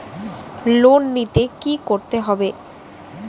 Loan নিতে কী করতে হবে?